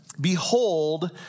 Behold